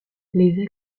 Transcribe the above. les